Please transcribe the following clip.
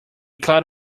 cloud